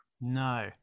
No